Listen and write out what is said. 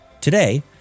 Today